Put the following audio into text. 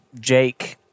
Jake